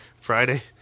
Friday